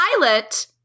pilot